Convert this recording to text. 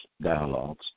dialogues